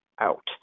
out